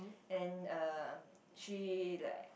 and a she like